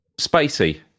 spacey